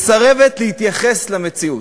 מסרבת להתייחס למציאות,